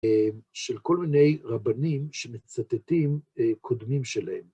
של כל מיני רבנים שמצטטים קודמים שלהם.